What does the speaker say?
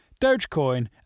Dogecoin